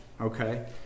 Okay